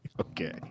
Okay